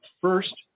first